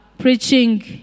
preaching